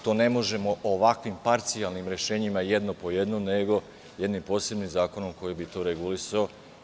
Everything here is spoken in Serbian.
To ne možemo ovakvim parcijalnim rešenjima, jedno po jedno, nego jednim posebnim zakonom koji bi to regulisao.